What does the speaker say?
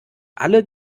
alle